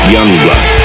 Youngblood